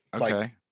Okay